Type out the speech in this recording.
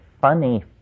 funny